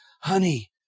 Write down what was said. Honey